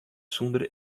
sûnder